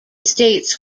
states